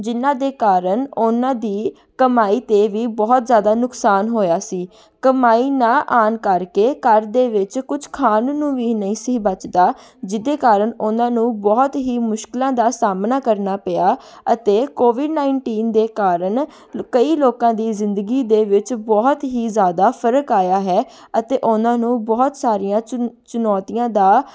ਜਿਹਨਾਂ ਦੇ ਕਾਰਨ ਉਨ੍ਹਾਂ ਦੀ ਕਮਾਈ 'ਤੇ ਵੀ ਬਹੁਤ ਜ਼ਿਆਦਾ ਨੁਕਸਾਨ ਹੋਇਆ ਸੀ ਕਮਾਈ ਨਾ ਆਉਣ ਕਰਕੇ ਘਰ ਦੇ ਵਿੱਚ ਕੁਛ ਖਾਣ ਨੂੰ ਵੀ ਨਹੀਂ ਸੀ ਬਚਦਾ ਜਿਹਦੇ ਕਾਰਨ ਉਨ੍ਹਾਂ ਨੂੰ ਬਹੁਤ ਹੀ ਮੁਸ਼ਕਲਾਂ ਦਾ ਸਾਹਮਣਾ ਕਰਨਾ ਪਿਆ ਅਤੇ ਕੋਵਿਡ ਨਾਈਟੀਨ ਦੇ ਕਾਰਨ ਕਈ ਲੋਕਾਂ ਦੀ ਜ਼ਿੰਦਗੀ ਦੇ ਵਿੱਚ ਬਹੁਤ ਹੀ ਜ਼ਿਆਦਾ ਫਰਕ ਆਇਆ ਹੈ ਅਤੇ ਉਨ੍ਹਾਂ ਨੂੰ ਬਹੁਤ ਸਾਰੀਆਂ ਚੁਨ ਚੁਨੌਤੀਆਂ ਦਾ